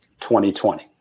2020